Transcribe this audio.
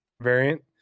variant